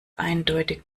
eindeutig